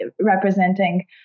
representing